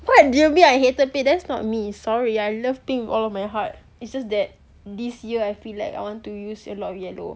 what do you mean I hated pink that's not me sorry I love pink with all of my heart it's just that this year I feel like I want to use a lot of yellow